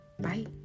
Bye